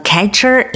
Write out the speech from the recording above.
Catcher